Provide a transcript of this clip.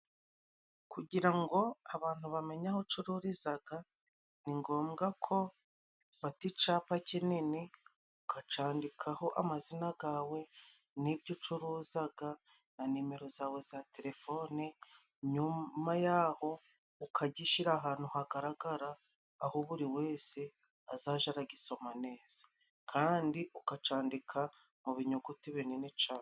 Kugira ngo abantu bamenye aho ucururizaga, ni ngombwa ko ufata icapa kinini ukacandikaho amazina gawe n'ibyo ucuruzaga na nimero zawe za telefone, nyuma yaho ukagishira ahantu hagaragara, aho buri wese azaja aragisoma neza kandi ukacandika mu binyuguti bini cane.